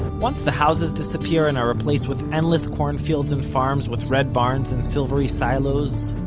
once the houses disappear and are replaced with endless cornfields and farms with red barns and silvery silos,